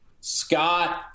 Scott